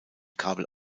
kabel